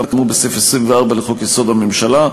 כאמור בסעיף 24 לחוק-יסוד: הממשלה.